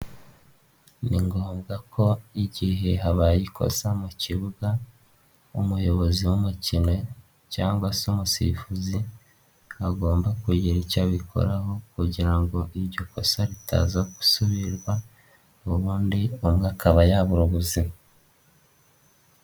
Ni ngombwa ko igihe habaye ikosa mu kibuga umuyobozi w'umukino cyangwa se umusifuzi agomba kugira icyo abikoraho kugira ngo iryo kosa ritaza gusubirwa ubundi umwe akaba yabura ubuzima.